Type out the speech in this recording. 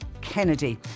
Kennedy